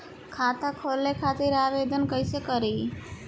खाता खोले खातिर आवेदन कइसे करी?